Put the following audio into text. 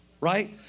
right